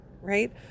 right